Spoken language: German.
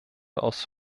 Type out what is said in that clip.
aus